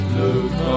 look